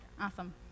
awesome